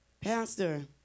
pastor